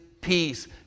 peace